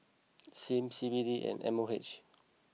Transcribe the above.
Sim C B D and M O H